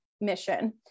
mission